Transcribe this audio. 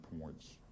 points